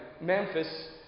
Memphis